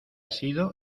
sido